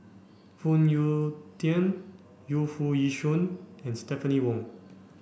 Phoon Yew Tien Yu Foo Yee Shoon and Stephanie Wong